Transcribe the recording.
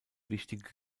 wichtige